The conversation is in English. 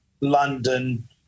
London